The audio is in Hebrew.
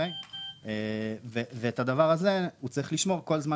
את הדבר הזה הוא צריך לשמור כל זמן